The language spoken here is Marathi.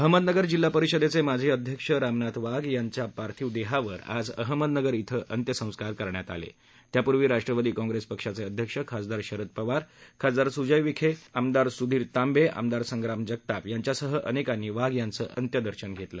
अहमदनगर जिल्हा परिषदेचे माजी अध्यक्ष रामनाथ वाघ यांच्या पार्थिव देहावर आज अहमदनगर इथ अंत्यसंस्कार करण्यात आले त्यापूर्वी राष्ट्रवादी काँग्रेस पक्षाचे अध्यक्ष खासदार शरद पवार खासदार सुजय विखे आमदार सुधीर तांबे आमदार संग्राम जगताप यांच्यासह अनेकांनी वाघ यांचं अंत्यदर्शन घेतलं